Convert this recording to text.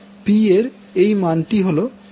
P এর এই মানটি হল সর্বচ্চো